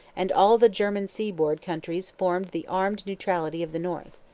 and all the german seaboard countries formed the armed neutrality of the north.